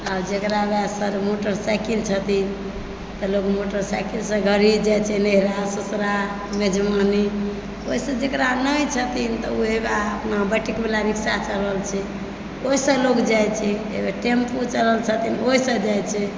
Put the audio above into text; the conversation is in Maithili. जकरा लग सर मोटर साइकिल छथिन तऽ लोग मोटर साइकिलसँ घरे जाइ छै नैहरा ससुरा मेजबानी ओहिसँ जकरा नहि छथिन तऽ वएह अपन बैट्रिकवला रिक्शा चलल छै ओहिसँ लोक जाइत छै टेम्पो चलल छथिन ओहिसँ जाइ छै